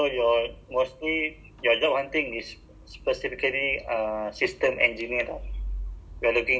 for me best is um data analsyt atau business analyst